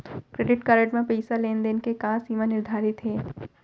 Credit card म पइसा लेन देन के का सीमा निर्धारित हे?